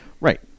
Right